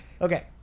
Okay